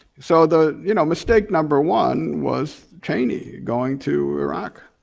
so the you know mistake number one was cheney going to iraq.